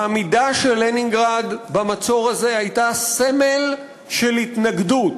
העמידה של לנינגרד במצור הזה הייתה סמל של התנגדות,